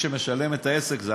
הוביל אותה השר עצמו, זה היה